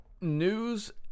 news